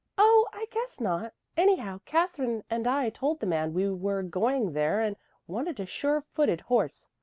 oh, i guess not. anyhow katherine and i told the man we were going there and wanted a sure-footed horse.